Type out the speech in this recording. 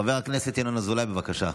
חבר הכנסת ינון אזולאי, בבקשה.